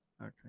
Okay